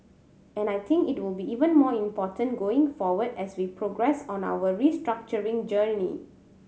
and I think it will be even more important going forward as we progress on our restructuring journey